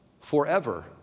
forever